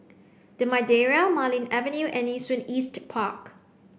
the Madeira Marlene Avenue and Nee Soon East Park